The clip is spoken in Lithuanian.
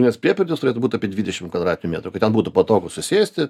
nes priepirtis turėtų būt apie dvidešimt kvadratinių metrų kad ten būtų patogu susėsti